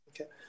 okay